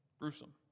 gruesome